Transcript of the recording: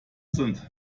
sind